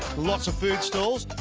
lots of food stalls.